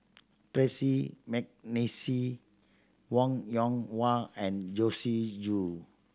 Percy McNeice Wong Yoon Wah and Joyce Jue